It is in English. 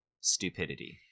stupidity